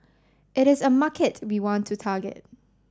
it is a market we want to target